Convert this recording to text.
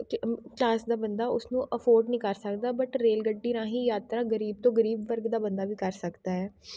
chance ਦਾ ਬੰਦਾ ਉਸਨੂੰ ਅਫੋਡ ਨਹੀਂ ਕਰ ਸਕਦਾ ਬਟ ਰੇਲਗੱਡੀ ਰਾਹੀਂ ਯਾਤਰਾ ਗਰੀਬ ਤੋਂ ਗਰੀਬ ਵਰਗ ਦਾ ਬੰਦਾ ਵੀ ਕਰ ਸਕਦਾ ਹੈ